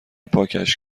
پاکش